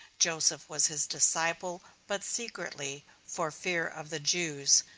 joseph was his disciple, but secretly, for fear of the jews.